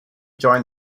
joined